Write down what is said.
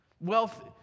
Wealth